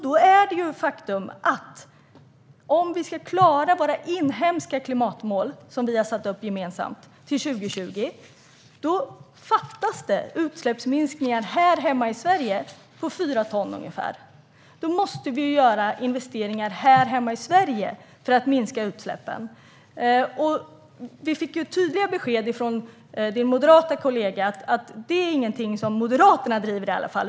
Det är ett faktum att om vi ska klara våra inhemska klimatmål, som vi har satt upp gemensamt, till 2020 fattas utsläppsminskningar på ungefär 4 ton här hemma i Sverige. Då måste vi göra investeringar här hemma för att minska utsläppen. Vi fick tydliga besked av Kristina Yngwes moderata kollega att detta i alla fall inte är något som Moderaterna driver.